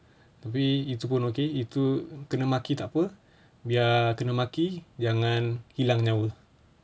tapi itu pun okay itu kena maki tak apa biar kena maki jangan hilang nyawa